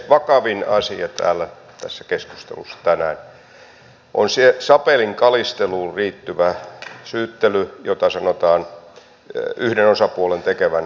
vakavin asia tässä keskustelussa tänään on se sapelinkalisteluun liittyvä syyttely jota sanotaan yhden osapuolen tekevän itämeren piirissä